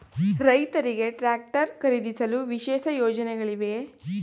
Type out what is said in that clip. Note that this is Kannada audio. ರೈತರಿಗೆ ಟ್ರಾಕ್ಟರ್ ಖರೀದಿಸಲು ವಿಶೇಷ ಯೋಜನೆಗಳಿವೆಯೇ?